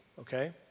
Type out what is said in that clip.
okay